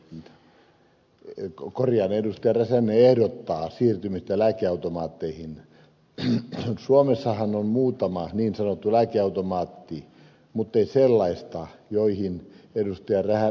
mitä löytyy kokon ja lehdistön asemien baarsiirtymistä lääkeautomaatteihin yhteen suomessa suomessahan on muutama niin sanottu lääkeautomaatti muttei sellaista joihin ed